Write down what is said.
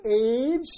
age